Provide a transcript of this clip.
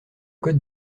code